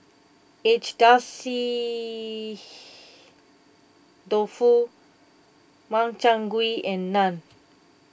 Agedashi Dofu Makchang Gui and Naan